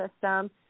system